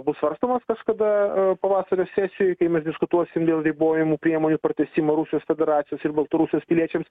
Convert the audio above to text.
bus svarstomas kažkada pavasario sesijoj kai mes diskutuosim dėl ribojamų priemonių pratęsimo rusijos federacijos ir baltarusijos piliečiams